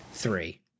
Three